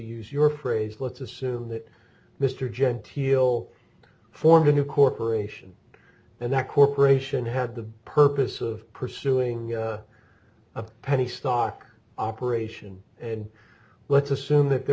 use your phrase let's assume that mr genteel form a new corporation and that corporation had the purpose of pursuing a penny stock operation and let's assume that there